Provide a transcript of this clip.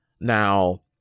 Now